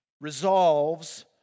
resolves